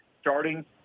starting